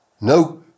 no